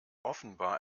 offenbar